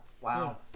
Wow